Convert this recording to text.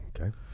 okay